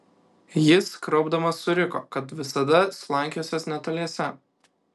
jis kraupdamas suriko kad visada slankiosiąs netoliese